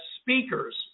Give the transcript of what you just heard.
speakers